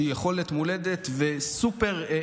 שהיא יכולת מולדת וסופר-מוערכת,